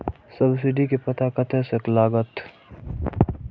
Subsidy के पता कतय से लागत?